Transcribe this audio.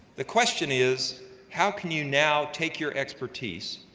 the question is how can you now take your expertise,